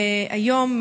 והיום,